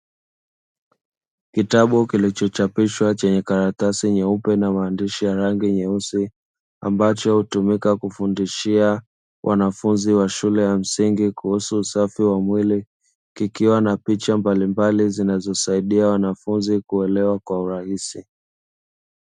Kitabu kilichochapishwa chenye karatasi nyeupe na maandishi ya rangi nyeusi ambacho hutumika kufundishia wanafunzi wa shule ya msingi kuhusu usafi wa mwili kikiwa na picha mbalimbali zinazosaidia wanafunzi kuelewa kwa urahisi.